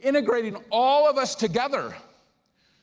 integrating all of us together